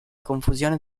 confusione